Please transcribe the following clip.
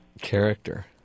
character